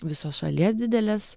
visos šalies didelės